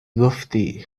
گفتی